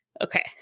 Okay